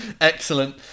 Excellent